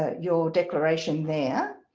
ah your declaration there.